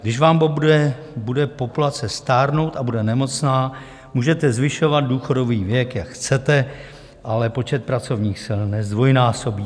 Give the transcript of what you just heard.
Když vám bude populace stárnout a bude nemocná, můžete zvyšovat důchodový věk, jak chcete, ale počet pracovních sil nezdvojnásobíte.